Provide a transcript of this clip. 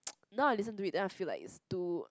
now I listen to it then I feel like it's too